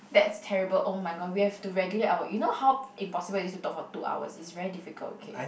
that's terrible oh-my-god we have to regulate our you know how impossible it is to talk for two hours it's very difficult okay